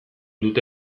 dute